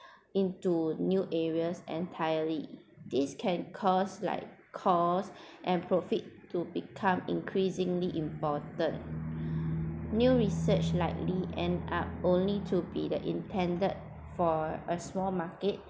into new areas entirely this can cause like costs and profit to become increasingly important new research likely end up only to be the intended for a small market